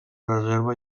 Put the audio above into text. reserva